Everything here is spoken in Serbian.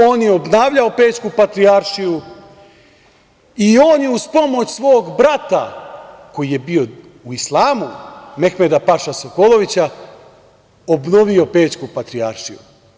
On je obnavljao Pećku patrijaršiju i on je uz pomoć svog brata, koji je bio u islamu Mehmeda-paše Sokolovića, obnovio Pećku patrijaršiju.